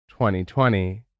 2020